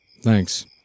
Thanks